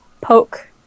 poke